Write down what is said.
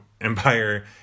empire